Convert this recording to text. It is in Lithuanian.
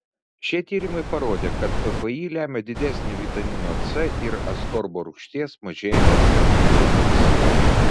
šie tyrimai parodė kad ppi lemia didesnį vitamino c ir askorbo rūgšties mažėjimą skrandžio sultyse